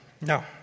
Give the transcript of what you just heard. no